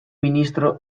ministro